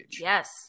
Yes